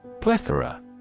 Plethora